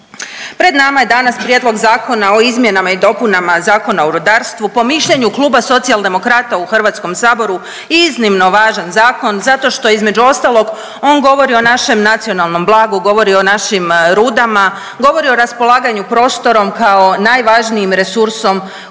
pred nama je danas Prijedlog Zakona o izmjenama i dopunama Zakona o rudarstvu. Po mišljenju Kluba Socijaldemokrata u Hrvatskom saboru iznimno važan zakon zato što između ostalog on govori o našem nacionalnom blagu, govori o našim rudama, govori o raspolaganju prostorom kao najvažnijim resursom koji